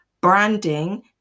branding